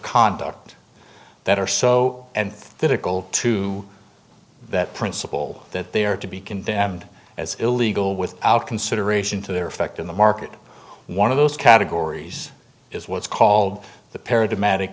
conduct that are so and physical to that principle that they are to be condemned as illegal without consideration to their effect in the market one of those categories is what's called the paradigm